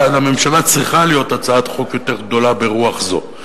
לממשלה צריכה להיות הצעת חוק יותר גדולה ברוח זו.